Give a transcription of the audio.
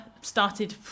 started